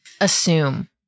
Assume